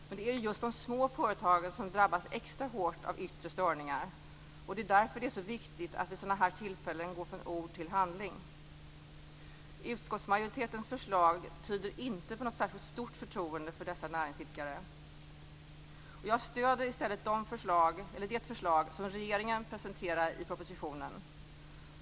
Men det är just de små företagen som drabbas extra hårt av yttre störningar. Det är därför det är så viktigt att vid sådana här tillfällen gå från ord till handling. Utskottsmajoritetens förslag tyder inte på något särskilt stort förtroende för dessa näringsidkare. Jag stöder i stället det förslag som regeringen presenterar i propositionen.